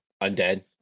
Undead